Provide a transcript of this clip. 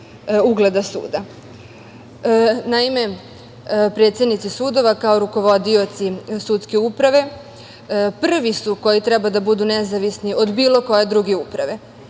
ugleda suda. Predsednici sudova, kao rukovodioci sudske uprave, prvi su koji treba da budu nezavisni od bilo koje druge uprave